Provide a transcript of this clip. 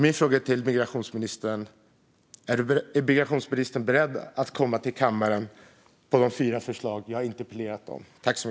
Min fråga till migrationsministern är: Är migrationsministern beredd att komma till kammaren med de fyra förslag som jag har interpellerat om?